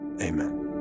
amen